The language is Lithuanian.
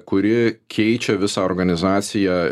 kuri keičia visą organizaciją